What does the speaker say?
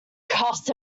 cuffs